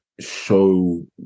show